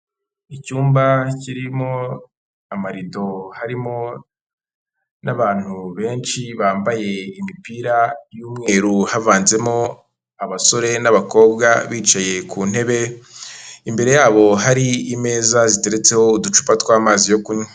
Icyumba kirimo amarido harimo n'abantu benshi bambaye imipira y'umweru havanzemo abasore n'abakobwa bicaye ku ntebe, imbere yabo hari imeza ziteretseho uducupa tw'amazi yo kunywa.